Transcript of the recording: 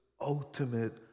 ultimate